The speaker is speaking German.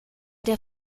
der